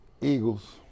Eagles